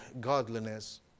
godliness